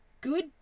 good